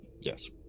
Yes